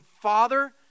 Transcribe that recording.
father